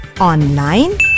online